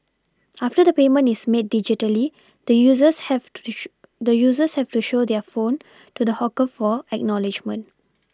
after the payment is made digitally the users have to show the users have to show their phone to the hawker for acknowledgement